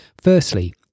Firstly